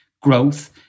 growth